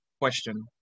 question